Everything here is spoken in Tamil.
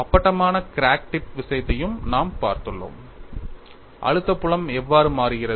அப்பட்டமான கிராக் டிப் விஷயத்தையும் நாம் பார்த்துள்ளோம் அழுத்த புலம் எவ்வாறு மாறுகிறது